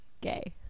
Gay